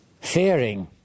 fearing